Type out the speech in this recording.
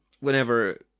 whenever